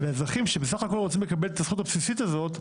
ואזרחים שבסך הכול רוצים לקבל את הזכות הבסיסית הזאת,